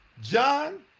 John